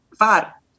FAR